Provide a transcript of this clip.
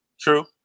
True